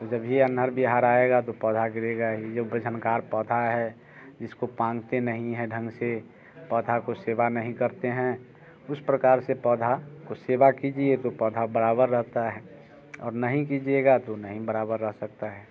जब भी अंधड़ बाड़ आएगी तो पौधा गिरेगा ही झंकार पता है बजंकार पौधा है इसको पागते नहीं है ढंग से पौधे को सेवा नहीं करते हैं उस प्रकार के पौधे सेवा कीजिए तो पौधे बराबर रहते हैं और नहीं कीजिएगा तो नहीं बराबर रह सकता है